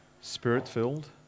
spirit-filled